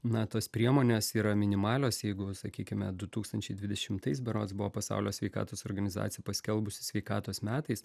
na tos priemonės yra minimalios jeigu sakykime du tūkstančiai dvidešimtais berods buvo pasaulio sveikatos organizacija paskelbusi sveikatos metais